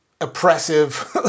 oppressive